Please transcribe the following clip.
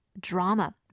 Drama